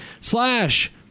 slash